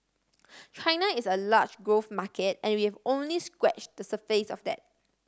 China is a large growth market and we have only scratched the surface of that